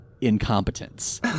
incompetence